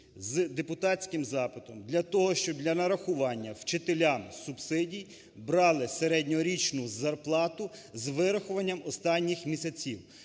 з депутатським запитом для того, щоб для нарахування вчителям субсидій брали середньорічну зарплату з вирахуванням останніх місяців.